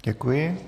Děkuji.